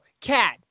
cat